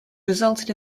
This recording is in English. resulted